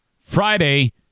Friday